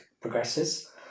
progresses